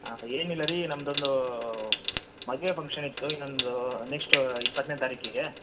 ಹಾಂ ಏನು ಇಲ್ಲ ರೀ ನಮ್ದು ಒಂದು ಮದುವೆ ಫಂಕ್ಷನ್ ಇತ್ತು ಇನ್ನೊಂದು ನೆಕ್ಸ್ಟ್ ಇಪ್ಪತ್ತನೆ ತಾರೀಕಿಗೆ